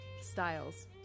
styles